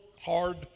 hard